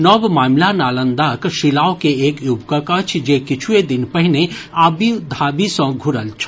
नव मामिला नालंदाक सिलाव के एक युवकक अछि जे किछुए दिन पहिने आबुधाबी सॅ घूरल छल